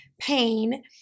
pain